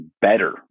better